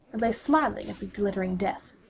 and lay smiling at the glittering death,